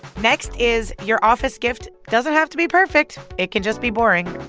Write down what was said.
next is your office gift doesn't have to be perfect it can just be boring.